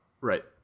Right